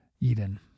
Eden